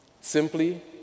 Simply